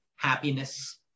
Happiness